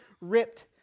ripped